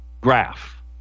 graph